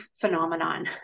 phenomenon